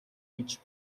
гэж